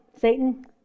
Satan